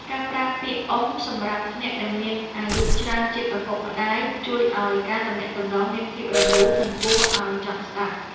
ការប្រើពាក្យអ៊ុំសម្រាប់អ្នកដែលមានអាយុច្រើនជាងឪពុកម្តាយជួយឱ្យការទំនាក់ទំនងមានភាពរលូននិងគួរឱ្យចង់ស្ដាប់។